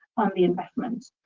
on the investment.